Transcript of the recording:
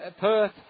Perth